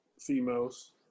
females